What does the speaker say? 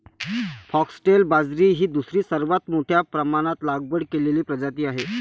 foxtail बाजरी ही दुसरी सर्वात मोठ्या प्रमाणात लागवड केलेली प्रजाती आहे